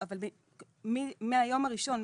אבל מהיום הראשון,